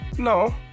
No